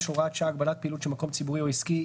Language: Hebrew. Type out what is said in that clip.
(הוראת שעה) (הגבלת פעילות של מקום ציבורי או עסקי),